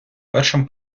першим